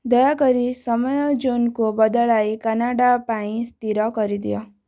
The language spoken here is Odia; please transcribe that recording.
ଦୟାକରି ସମୟ ଜୋନ୍କୁ ବଦଳାଇ କାନାଡ଼ା ପାଇଁ ସ୍ଥିର କରିଦିଅ